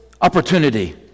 opportunity